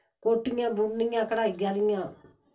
कोटियां बुननियां घड़ाई आह्लियां